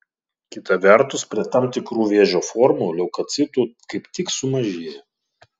kita vertus prie tam tikrų vėžio formų leukocitų kaip tik sumažėja